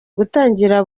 gutangira